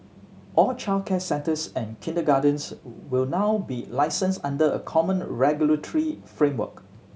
all childcare centres and kindergartens will now be licensed under a common regulatory framework